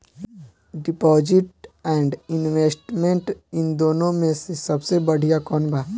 Deposit and investment इन दुनो मे से सबसे बड़िया कौन बा?